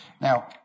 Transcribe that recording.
Now